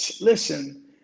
Listen